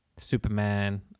superman